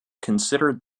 considered